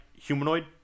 humanoid